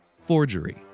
forgery